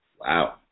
Wow